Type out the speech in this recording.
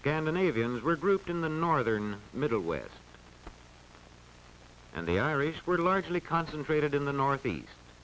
scandinavians were grouped in the northern middle west and the irish were largely concentrated in the north east